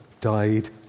died